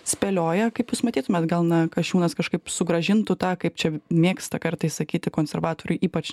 spėlioja kaip jūs matytumėt gal na kasčiūnas kažkaip sugrąžintų tą kaip čia mėgsta kartais sakyti konservatoriai ypač